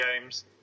games